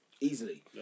Easily